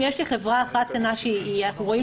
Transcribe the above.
אם יש לי חברה אחת קטנה שאנחנו רואים